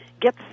get